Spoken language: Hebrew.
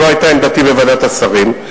זו היתה עמדתי בוועדת השרים.